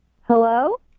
Hello